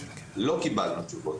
לא קיבלנו תשובות,